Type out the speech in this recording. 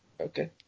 Okay